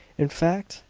in fact,